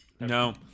No